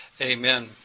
Amen